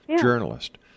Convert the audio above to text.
journalist